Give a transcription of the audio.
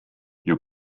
you